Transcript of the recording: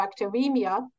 bacteremia